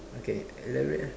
okay elaborate ah